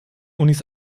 unis